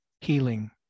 healing